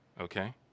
okay